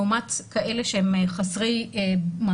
לעומת כאלה שהם חסרי מעמד,